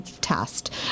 test